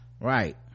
Right